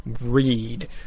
read